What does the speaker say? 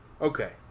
Okay